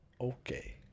okay